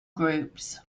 groups